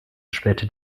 später